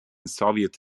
soviet